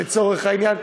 לצורך העניין.